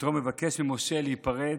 כשיתרו מבקש ממשה להיפרד,